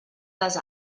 les